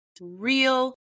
real